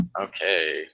Okay